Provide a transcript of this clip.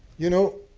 you know,